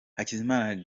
hakizimana